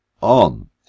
on